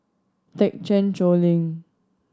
Thekchen Choling